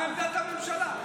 מה עמדת הממשלה?